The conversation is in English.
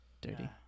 dirty